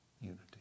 unity